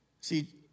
See